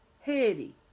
heady